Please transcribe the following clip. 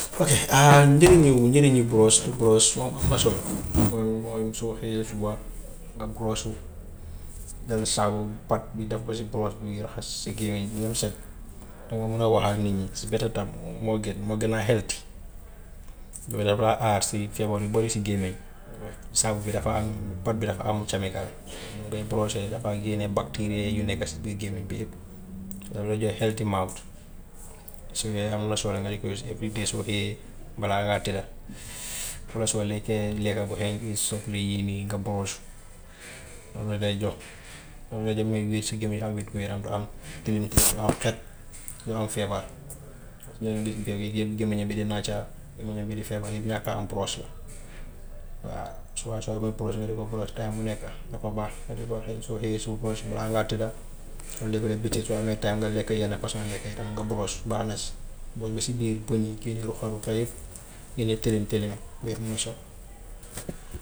Ok njëriñu njëriñu brosse to brosse moom am na solo. Man moom su ma xëyee suba nga borosu jël saabu pat bi def ko si boros mi ngi raxas sa gémméñ bi ba mu set danga mun a wax ak nit ñi su fekkee tam moo gën moo gën a xet yooyu daf laa aar si feebar yu bari si gémméñ, saabu bi dafa am pat bi dafa am su moom ngay borosee dafay génne bacterie yu nekka si biir gémméñ bi yëpp daf lay jox xeti mouth am na solo nga di ko use every day soo xëyee balaa ngaa tëdda walla soo lekkee lekka bu xeeñ soble yii nii nga borosu daf la dee jox, daf lay jox ngay wér sa gémméñ am wér-gu-yaram du am tilim tilim du am xet, du am feebar, cause léegi nga gis jékkee jékki gémméñam bi di nàcca gémméñam bi di feebar yu ñàkk a am boros la. Waaw suba soo koy boros nga di ko boros time bu nekka dafa baax nga di ko xe- soo xëyee su boros balaa ngaa tëdda, soo lekkee nag bëccëg soo amee time nga lekka yenn façon lekk yi mun nga borosu baax na si mooy ba si biir bëñ yi génne ruqa ruqa yi génne tilim tilim yooyu moom so.